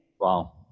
Wow